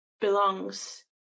belongs